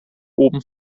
oben